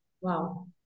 wow